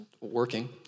working